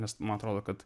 nes man atrodo kad